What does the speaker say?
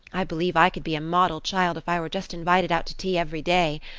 i believe i could be a model child if i were just invited out to tea every day.